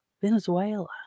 Venezuela